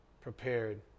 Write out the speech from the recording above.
prepared